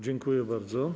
Dziękuję bardzo.